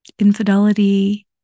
infidelity